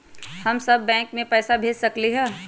हम सब बैंक में पैसा भेज सकली ह?